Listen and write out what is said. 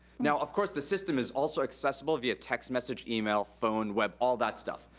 now, of course, the system is also accessible via text message, email, phone, web, all that stuff,